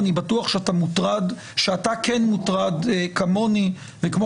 אני בטוח שאתה כן מוטרד כמוני וכמו